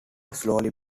slowly